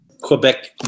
Quebec